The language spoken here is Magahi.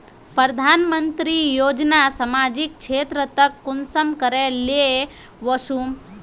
प्रधानमंत्री योजना सामाजिक क्षेत्र तक कुंसम करे ले वसुम?